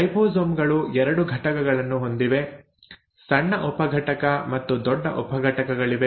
ribosome ಗಳು 2 ಘಟಕಗಳನ್ನು ಹೊಂದಿವೆ ಸಣ್ಣ ಉಪಘಟಕ ಮತ್ತು ದೊಡ್ಡ ಉಪಘಟಕವಿದೆ